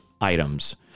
items